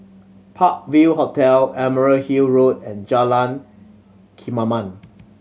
Park View Hotel Emerald Hill Road and Jalan Kemaman